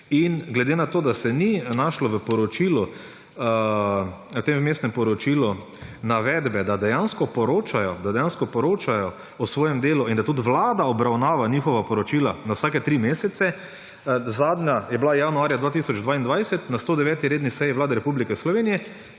in glede na to, da se ni našlo v tem vmesnem poročilu navedbe, da dejansko poročajo o svojem delu in da tudi Vlada obravnava njihova poročila na vsake tri mesece ‒ zadnja obravnava je bila januarja 2022 na 109. redni seji Vlade Republike Slovenije,